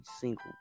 single